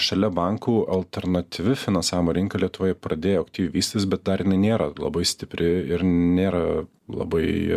šalia bankų alternatyvi finansavimo rinka lietuvoje pradėjo aktyviai vystytis bet dar jinai nėra labai stipri ir nėra labai